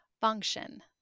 function